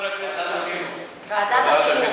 ועדת החינוך.